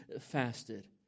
fasted